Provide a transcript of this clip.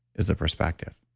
is a perspective